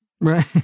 right